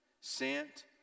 Sent